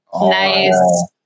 Nice